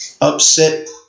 Upset